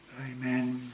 Amen